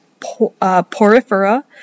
porifera